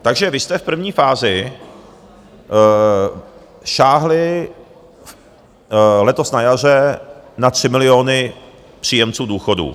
Takže vy jste v první fázi sáhli letos na jaře na tři miliony příjemců důchodů.